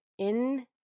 -in